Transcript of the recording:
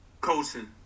coaching